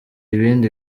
ibindi